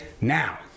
now